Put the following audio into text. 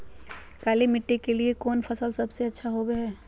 काली मिट्टी के लिए कौन फसल सब से अच्छा होबो हाय?